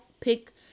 pick